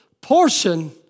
portion